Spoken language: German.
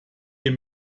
wir